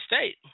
State